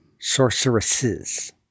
sorceresses